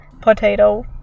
Potato